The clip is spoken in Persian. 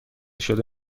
شده